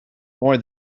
more